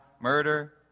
murder